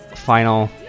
final